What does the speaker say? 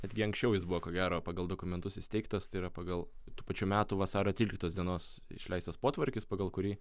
netgi anksčiau jis buvo ko gero pagal dokumentus įsteigtas tai yra pagal tų pačių metų vasario tryliktos dienos išleistas potvarkis pagal kurį